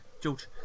George